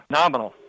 nominal